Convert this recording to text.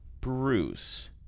Bruce